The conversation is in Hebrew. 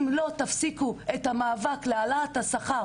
אם אתן לא תפסיקו את המאבק להעלאת השכר